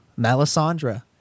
Melisandre